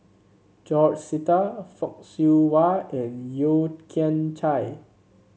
George Sita Fock Siew Wah and Yeo Kian Chai